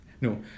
No